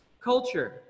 culture